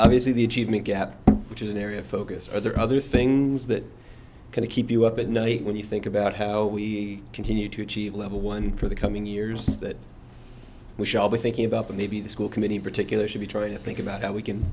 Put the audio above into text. obviously the achievement gap which is an area of focus are there other things that can keep you up at night when you think about how we continue to achieve level one for the coming years that we shall be thinking about the maybe the school committee particular should be trying to think about how we can